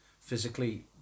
physically